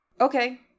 Okay